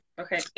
Okay